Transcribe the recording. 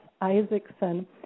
Isaacson